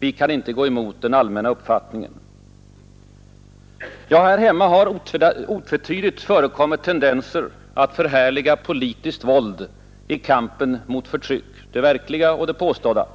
Vi kan inte gå emot den allmänna uppfattningen.” Ja, här hemma har otvetydigt förekommit tendenser att förhärliga politiskt våld i kampen mot förtryck — det verkliga och det påstådda.